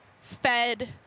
fed